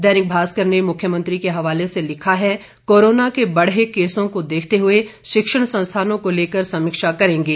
दैनिक भास्कर ने मुख्यमंत्री के हवाले से लिखा है कोरोना के बढ़े केसों को देखते हुए शिक्षण संस्थानों को लेकर समीक्षा करेंगे